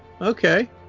okay